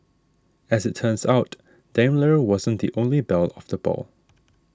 as it turns out Daimler wasn't the only belle of the ball